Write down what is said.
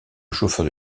chauffeur